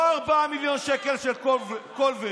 לא 4 מיליון שקלים של קולבר.